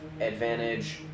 advantage